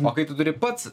o kai tu turi pats